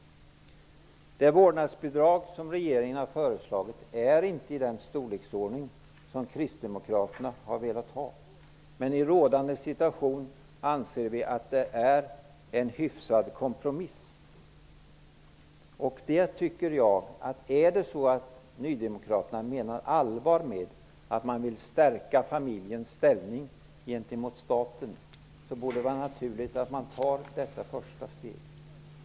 Det vårdnadsbidrag som regeringen har föreslagit är inte i den storleksordning som kristdemokraterna har velat ha. Men i rådande situation anser vi att det är en hyfsad kompromiss. Om nydemokraterna menar allvar med att de vill stärka familjens ställning gentemot staten vore det naturligt att de tar det första steget.